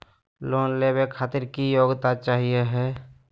Loan लेवे खातीर की योग्यता चाहियो हे?